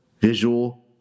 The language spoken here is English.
visual